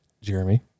Jeremy